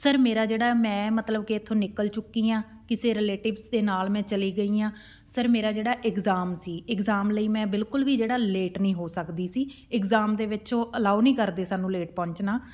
sir ਮੇਰਾ ਜਿਹੜਾ ਮੈਂ ਮਤਲਬ ਕਿ ਇੱਥੋਂ ਨਿਕਲ ਚੁੱਕੀ ਹਾਂ ਕਿਸੇ ਰਿਲੇਟਿਵਸ ਦੇ ਨਾਲ ਮੈਂ ਚਲੀ ਗਈ ਹਾਂ ਸਰ ਮੇਰਾ ਜਿਹੜਾ ਇਗਜ਼ਾਮ ਸੀ ਇਗਜ਼ਾਮ ਲਈ ਮੈਂ ਬਿਲਕੁਲ ਵੀ ਜਿਹੜਾ ਲੇਟ ਨਹੀਂ ਹੋ ਸਕਦੀ ਸੀ ਇਗਜ਼ਾਮ ਦੇ ਵਿੱਚ ਉਹ ਅਲਾਓ ਨਹੀਂ ਕਰਦੇ ਸਾਨੂੰ ਲੇਟ ਪਹੁੰਚਣਾ